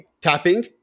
Tapping